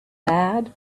bad